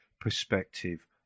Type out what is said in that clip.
perspective